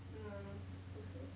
no 不是不是